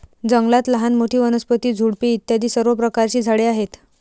जंगलात लहान मोठी, वनस्पती, झुडपे इत्यादी सर्व प्रकारची झाडे आहेत